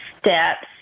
steps